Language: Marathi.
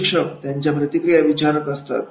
प्रशिक्षक त्यांच्या प्रतिक्रिया विचारत असते